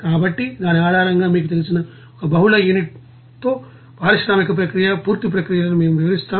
కాబట్టి దాని ఆధారంగా మీకు తెలిసిన ఒక బహుళ యూనిట్లతో పారిశ్రామిక ప్రక్రియ పూర్తి ప్రక్రియలను మేము వివరిస్తాము